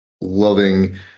loving